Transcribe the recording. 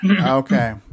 Okay